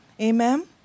Amen